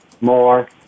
more